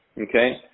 Okay